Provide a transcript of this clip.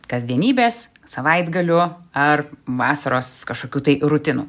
kasdienybės savaitgalių ar vasaros kažkokių tai rutinų